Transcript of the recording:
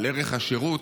על ערך השירות,